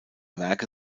werke